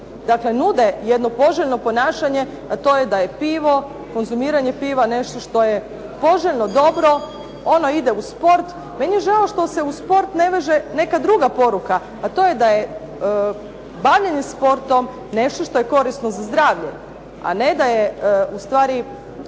dakle jedno poželjno ponašanje, a to je da je pivo, konzumiranje piva nešto što je poželjno dobro, ono ide uz sport. Meni je žao što se uz sport ne veže neka druga poruka, a to je da je bavljenje sportom nešto što je korisno za zdravlje, a ne da je ustvari